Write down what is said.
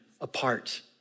apart